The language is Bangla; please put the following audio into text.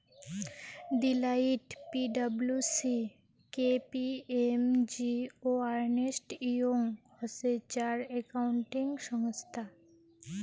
Deloitte, P W C, K P M G ও আর্নেস্ট ইয়ং হসে চার একাউন্টিং সংস্থা